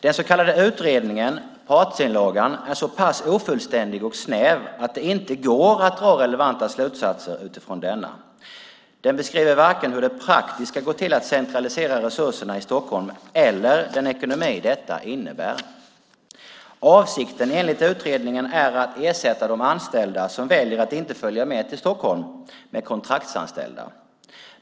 Den så kallade utredningen, partsinlagan, är så pass ofullständig och snäv att det inte går att dra relevanta slutsatser utifrån denna. Den beskriver varken hur det praktiskt ska gå till att centralisera resurserna i Stockholm eller den ekonomi detta innebär. Avsikten enligt utredningen är att ersätta de anställda som väljer att inte följa med till Stockholm som kontraktsanställda.